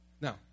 Now